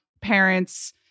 parents